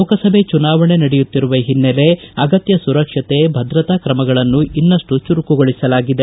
ಲೋಕಸಭೆ ಚುನಾವಣೆ ನಡೆಯುತ್ತಿರುವ ಹಿನ್ನೆಲೆ ಅಗತ್ಯ ಸುರಕ್ಷತೆ ಭದ್ರತಾ ಕ್ರಮಗಳನ್ನು ಇನ್ನಷ್ಟು ಚುರುಕುಗೊಳಿಸಲಾಗಿದೆ